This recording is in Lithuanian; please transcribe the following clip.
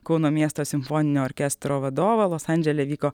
kauno miesto simfoninio orkestro vadovą los andžele vyko